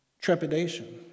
trepidation